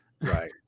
Right